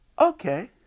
okay